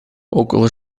около